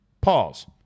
pause